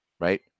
right